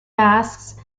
masks